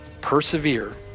persevere